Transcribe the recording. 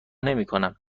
نمیکنم